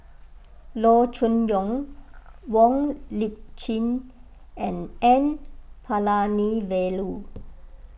Loo Choon Yong Wong Lip Chin and N Palanivelu